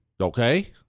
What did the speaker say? okay